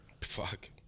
Fuck